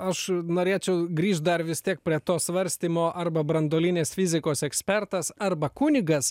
aš norėčiau grižt dar vis tiek prie to svarstymo arba branduolinės fizikos ekspertas arba kunigas